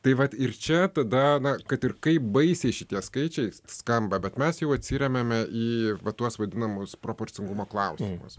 tai vat ir čia tada na kad ir kaip baisiai šitie skaičiai skamba bet mes jau atsiremiame į tuos vadinamus proporcingumo klausimus